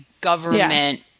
government